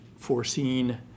foreseen